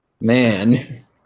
Man